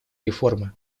реформы